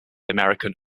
american